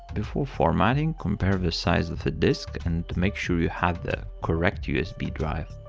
before formatting, compare the size of the disk and make sure you have the correct usb drive.